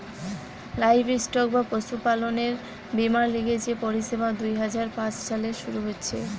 livestock বা পশুপালনের বীমার লিগে যে পরিষেবা দুই হাজার পাঁচ সালে শুরু হিছে